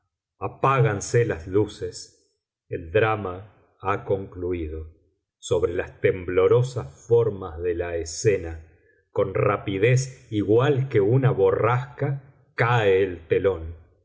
humana apáganse las luces el drama ha concluído sobre las temblorosas formas de la escena con rapidez igual que una borrasca cae el telón